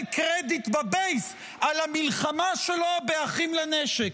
קרדיט בבייס על המלחמה שלו באחים לנשק?